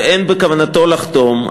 ואין בכוונתו לחתום,